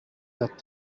that